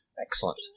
Excellent